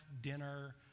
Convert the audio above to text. dinner